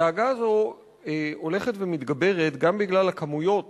הדאגה הזאת הולכת ומתגברת גם בגלל הכמויות